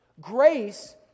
Grace